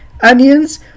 Onions